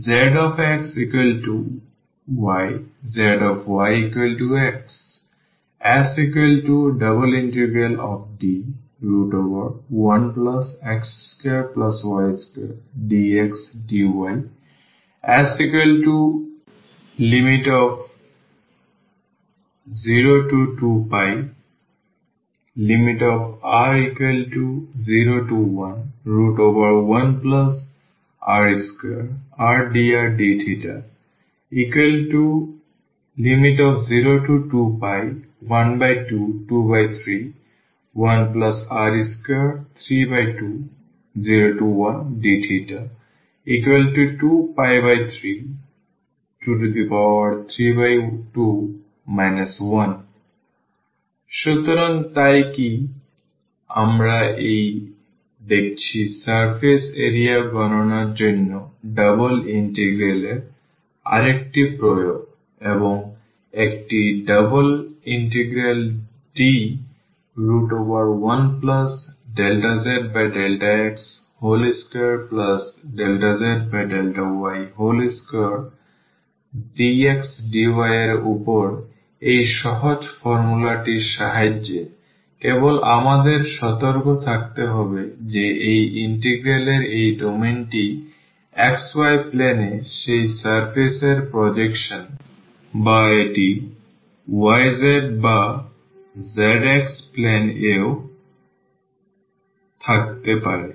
zxyzyx S∬D1x2y2dxdy S02πr011r2rdrdθ 02π12231r23201dθ 2π3232 1 সুতরাং তাই কি আমরা এটি দেখেছি সারফেস এরিয়া গণনার জন্য ডাবল ইন্টিগ্রাল এর আরেকটি প্রয়োগ এবং একটি ∬D1∂z∂x2∂z∂y2dxdy এর উপর এই সহজ ফর্মুলাটির সাহায্যে কেবল আমাদের সতর্ক থাকতে হবে যে এই ইন্টিগ্রাল এর এই ডোমেইনটি xy plane এ সেই সারফেস এর প্রজেকশন বা এটি yz বা zx plane এও থাকতে পারে